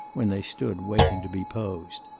when they stood waiting to be posed.